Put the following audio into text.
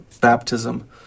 baptism